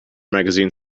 magazine